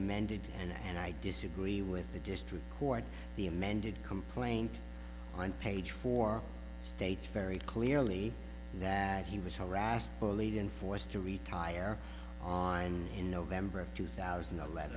amended and i disagree with the district court the amended complaint on page four states very clearly that he was harassed bullied and forced to retire on in november of two thousand